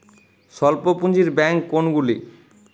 স্বল্প পুজিঁর ব্যাঙ্ক কোনগুলি?